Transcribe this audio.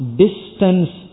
distance